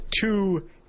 two